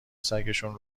سگشون